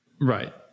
Right